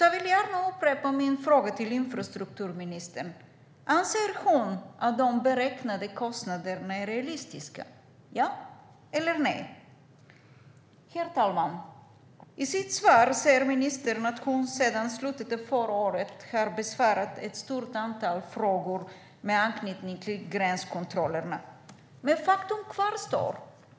Jag vill gärna upprepa min fråga till infrastrukturministern: Anser ministern att de beräknade kostnaderna är realistiska - ja eller nej? Herr talman! I sitt svar säger ministern att hon sedan slutet av förra året har besvarat ett stort antal frågor med anknytning till gränskontrollerna. Men faktum kvarstår.